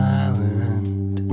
island